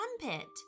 trumpet